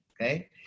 Okay